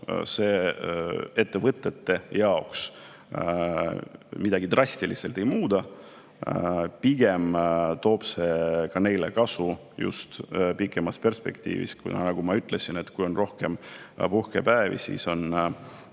ettevõtete jaoks midagi drastiliselt ei muuda. Pigem toob see neile kasu just pikemas perspektiivis, kuna, nagu ma ütlesin, kui on rohkem puhkepäevi, siis on